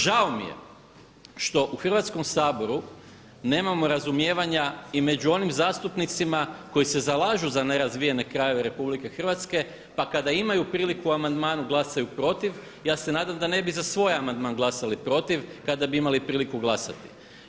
Žao mi je što u Hrvatskom saboru nemamo razumijevanja i među onim zastupnicima koji se zalažu za nerazvijene krajeve Republike Hrvatske, pa kada imaju priliku o amandmanu glasaju protiv, ja se nadam da ne bi za svoj amandman glasali protiv kada bi imali priliku glasati.